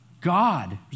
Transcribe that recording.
God